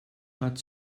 hat